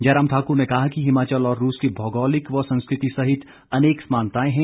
जयराम ठाकुर ने कहा कि हिमाचल और रूस की भौगोलिक व संस्कृति सहित अनेक समानताएं हैं